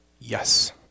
Yes